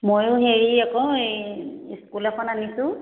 ময়ো হেৰি আকৌ এই স্কুল এখন আনিছোঁ